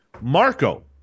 Marco